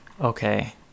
Okay